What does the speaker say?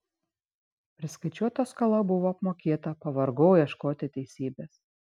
priskaičiuota skola buvo apmokėta pavargau ieškoti teisybės